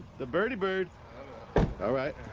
the birdie bird all right,